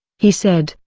he said,